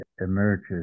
emerges